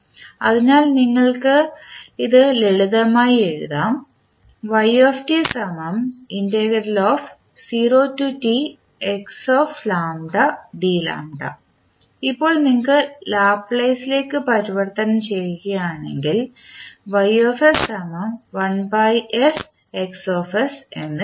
അതിനാൽ നിങ്ങൾക്ക് ലളിതമായി എഴുതാം ഇപ്പോൾ നിങ്ങൾ ലാപ്ലേസിലേക്ക് പരിവർത്തനം ചെയ്യുകയാണെങ്കിൽ നമുക്ക് എന്ന് കിട്ടും